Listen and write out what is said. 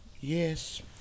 Yes